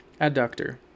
adductor